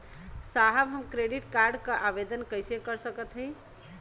साहब हम credit card क आवेदन कइसे कर सकत हई?